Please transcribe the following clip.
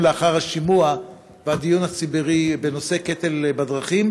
לאחר השימוע בדיון הציבורי בנושא הקטל בדרכים.